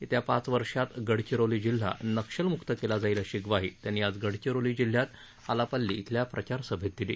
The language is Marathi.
येत्या पाच वर्षात गडचिरोली जिल्हा नक्षलमुक्त केला जाईल अशी म्वाही त्यांनी आज गडचिरोली जिल्ह्यात आलापल्ली इथल्या प्रचारसभेत दिली